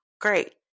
great